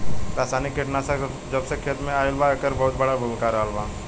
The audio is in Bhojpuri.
रासायनिक कीटनाशक जबसे खेती में आईल बा येकर बहुत बड़ा भूमिका रहलबा